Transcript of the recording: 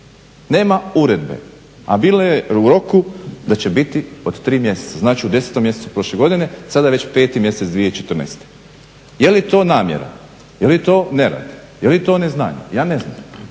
Nema uredbe, a bilo je u roku da će biti od tri mjeseca. Znači u 10 mjesecu prošle godine, sada je već peti mjesec 2014. Je li to namjera? Je li to nerad? Je li to neznanje? Ja ne znam.